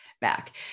back